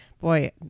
boy